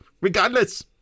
regardless